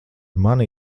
mani